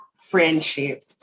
friendship